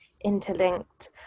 interlinked